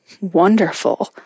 wonderful